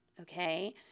okay